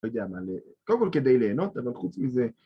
לא יודע מה, קודם כל כדי ליהנות, אבל חוץ מזה...